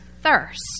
thirst